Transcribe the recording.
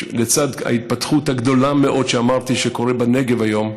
לצד ההתפתחות הגדולה מאוד שאמרתי שקורית בנגב היום,